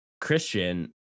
Christian